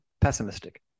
pessimistic